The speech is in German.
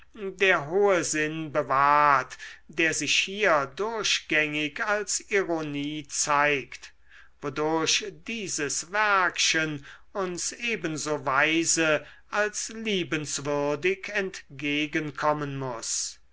der hohe sinn bewahrt der sich hier durchgängig als ironie zeigt wodurch dieses werkchen uns ebenso weise als liebenswürdig entgegenkommen muß